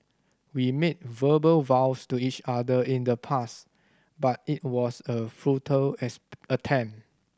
we made verbal vows to each other in the past but it was a futile attempt